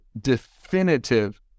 definitive